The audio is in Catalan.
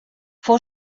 fou